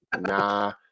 Nah